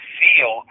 feel